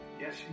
Yes